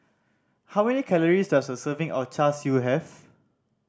how many calories does a serving of Char Siu have